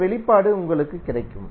இந்த வெளிப்பாடு உங்களுக்கு கிடைக்கும்